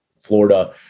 florida